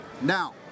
Now